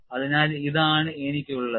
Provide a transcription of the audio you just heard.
അതിനാൽ ഇതാണ് എനിക്ക് ഉള്ളത്